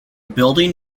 building